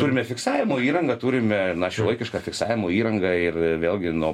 turime fiksavimo įrangą turime šiuolaikišką fiksavimo įrangą ir vėlgi nuo